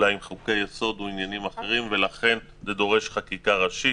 חוקי יסוד ולכן זה דורש חקיקה ראשית.